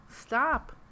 stop